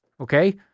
okay